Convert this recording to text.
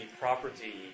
property